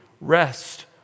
rest